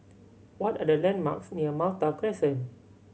what are the landmarks near Malta Crescent